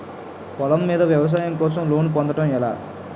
పొలం మీద వ్యవసాయం కోసం లోన్ పొందటం ఎలా?